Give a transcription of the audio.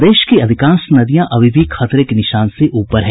प्रदेश की अधिकांश नदियां अभी भी खतरे के निशान से ऊपर है